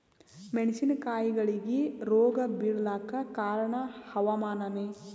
ಮೆಣಸಿನ ಕಾಯಿಗಳಿಗಿ ರೋಗ ಬಿಳಲಾಕ ಕಾರಣ ಹವಾಮಾನನೇ?